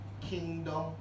kingdom